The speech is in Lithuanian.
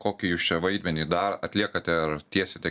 kokį jūs čia vaidmenį dar atliekate ar tiesite